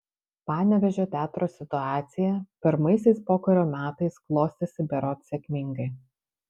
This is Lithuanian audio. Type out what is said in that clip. panevėžio teatro situacija pirmaisiais pokario metais klostėsi berods sėkmingai